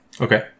Okay